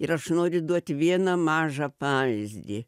ir aš noriu duot vieną mažą pavyzdį